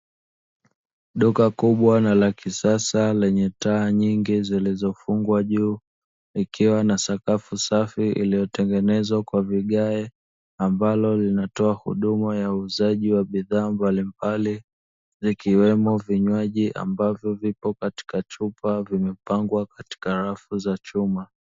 Duka kubwa na la kisasa lenye taa nyingi zilizofungwa juu likiwa na sakafu safi iliyotengenezwa kwa vigae, ambalo linatoa huduma ya uuzaji wa bidhaa mbalimbali vikiwemo vinywaji ambavyo vipo katika chupa vimepangwa katika rafu za chuma.